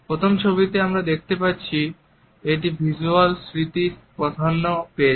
প্রথম ছবিতে আমরা দেখতে পাচ্ছি এটিতে ভিসুয়াল স্মৃতি প্রাধান্য পেয়েছে